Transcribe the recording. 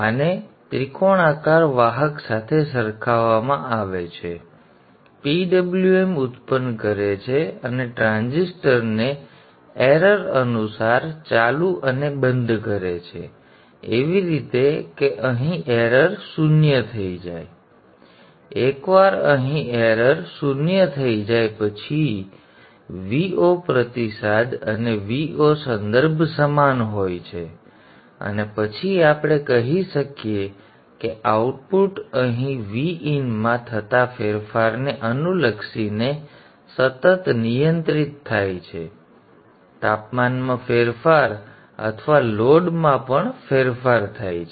આને ત્રિકોણાકાર વાહક સાથે સરખાવવામાં આવે છે PWM ઉત્પન્ન કરે છે અને ટ્રાન્ઝિસ્ટરને ભૂલ અનુસાર ચાલુ અને બંધ કરે છે એવી રીતે કે અહીં ભૂલ શૂન્ય થઈ જાય એકવાર અહીં ભૂલ શૂન્ય થઈ જાય પછી Vo પ્રતિસાદ અને Vo સંદર્ભ સમાન હોય છે અને પછી આપણે કહી શકીએ કે આઉટપુટ અહીં Vinમાં થતા ફેરફારોને અનુલક્ષીને સતત નિયંત્રિત થાય છે તાપમાનમાં ફેરફાર અથવા ભારમાં પણ ફેરફાર થાય છે